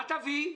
מה תביא?